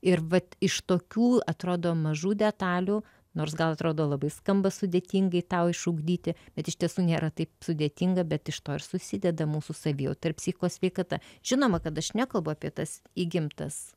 ir vat iš tokių atrodo mažų detalių nors gal atrodo labai skamba sudėtingai tau išugdyti bet iš tiesų nėra taip sudėtinga bet iš to ir susideda mūsų savijauta ir psichikos sveikata žinoma kad aš nekalbu apie tas įgimtas